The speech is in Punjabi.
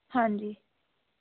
ਹਾਂਜੀ